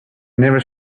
never